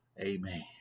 Amen